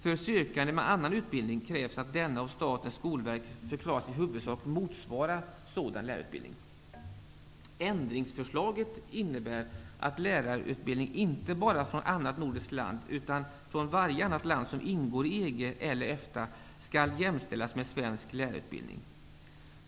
För sökande med annan utbildning krävs att denna av Ändringsförslaget innebär att lärarutbildning inte bara från annat nordiskt land utan från varje annat land som ingår i EG eller EFTA skall jämställas med svensk lärarutbildning.